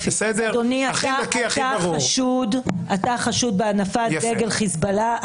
אני אומרת לו שהוא חשוד בהנפת דגל חיזבאללה,